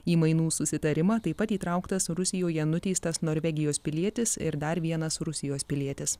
į mainų susitarimą taip pat įtrauktas rusijoje nuteistas norvegijos pilietis ir dar vienas rusijos pilietis